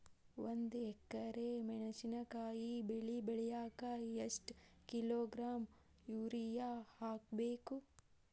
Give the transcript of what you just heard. ಒಂದ್ ಎಕರೆ ಮೆಣಸಿನಕಾಯಿ ಬೆಳಿ ಮಾಡಾಕ ಎಷ್ಟ ಕಿಲೋಗ್ರಾಂ ಯೂರಿಯಾ ಹಾಕ್ಬೇಕು?